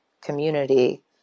community